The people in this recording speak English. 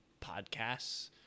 podcasts